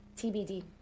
TBD